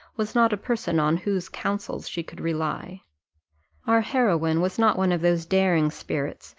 was not a person on whose counsels she could rely our heroine was not one of those daring spirits,